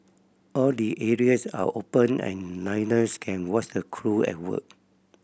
all the areas are open and diners can watch the crew at work